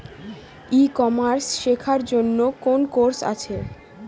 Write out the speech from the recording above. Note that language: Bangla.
ই কমার্স শেক্ষার জন্য কোন কোর্স আছে?